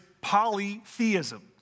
polytheism